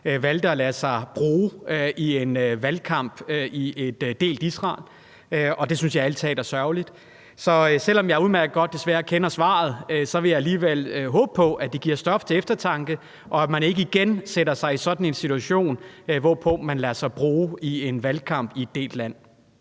valgte at lade sig bruge i en valgkamp i et delt Israel, og det synes jeg ærlig talt er sørgeligt. Så selv om jeg desværre udmærket godt kender svaret, vil jeg håbe på, at det alligevel giver stof til eftertanke, og at man ikke igen sætter sig i sådan en situation, hvor man lader sig bruge i en valgkamp i et delt land.